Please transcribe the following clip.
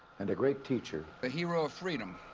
and a great teacher. a hero of freedom,